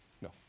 No